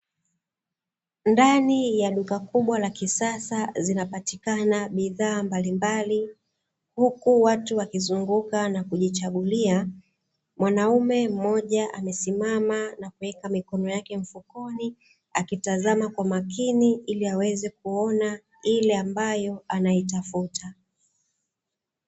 Ndani ya duka kubwa la kisasa zinapatikana bidhaa mbalimbali, huku watu wakizunguka na kujichagulia. Mwanaume mmoja amesimama na kuweka mikono yake mfukoni akitazama kwa makini ili aweze kuona ile ambayo anaitafuta.